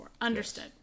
Understood